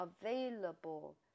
available